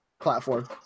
platform